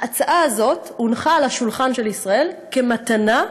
ההצעה הזאת הונחה על השולחן של ישראל כמתנה,